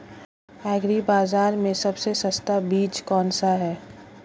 Agree बाज़ार में सबसे सस्ता बीज कौनसा है?